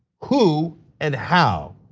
who and how?